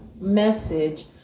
message